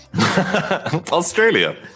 australia